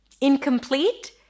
incomplete